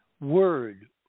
word